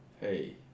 Hey